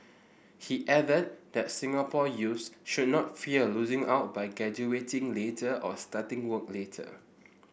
he added that Singapore youths should not fear losing out by graduating later or starting work later